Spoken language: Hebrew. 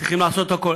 לעשות הכול.